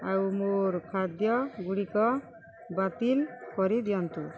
ଆଉ ମୋର ଖାଦ୍ୟଗୁଡ଼ିକ ବାତିଲ କରିଦିଅନ୍ତୁ